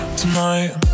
tonight